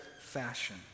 fashion